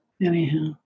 Anyhow